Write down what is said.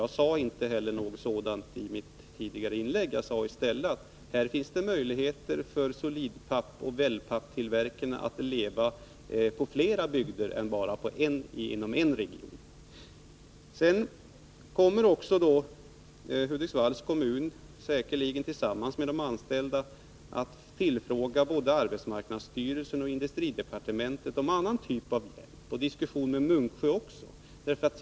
Jag sade också i mitt tidigare inlägg att det finns möjligheter för solidpappsoch wellpappstillverkarna att existera på flera håll. Hudiksvalls kommun och de anställda kommer säkerligen att fråga både arbetsmarknadsstyrelsen och industridepartementet om en annan typ av hjälp. Man kommer också att diskutera frågan om Munksjö.